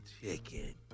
chicken